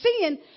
seeing